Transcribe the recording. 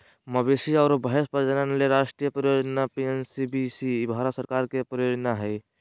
मवेशी आरो भैंस प्रजनन ले राष्ट्रीय परियोजना एनपीसीबीबी भारत सरकार के परियोजना हई